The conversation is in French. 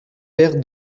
faire